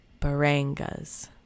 Barangas